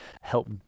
help